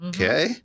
Okay